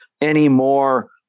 anymore